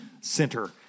center